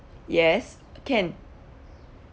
yes can